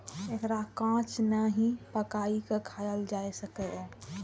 एकरा कांच नहि, पकाइये के खायल जा सकैए